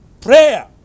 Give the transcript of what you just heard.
Prayer